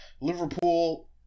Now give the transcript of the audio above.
Liverpool